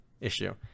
issue